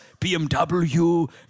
BMW